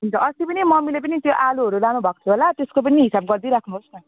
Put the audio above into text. हुन्छ अस्ति पनि मम्मीले पनि त्यो आलुहरू लानु भएको थियो होला त्यसको पनि हिसाब गरिदिइ राख्नु होस् न